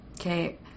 Okay